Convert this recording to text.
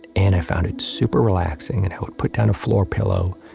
and i found it's super relaxing. and i would put down a floor pillow,